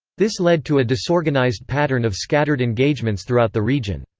this led to a disorganised pattern of scattered engagements throughout the region.